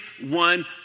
one